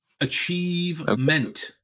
Achievement